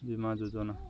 Bima Yojana